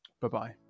bye-bye